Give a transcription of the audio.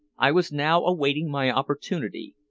i was now awaiting my opportunity.